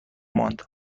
ماند